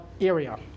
Area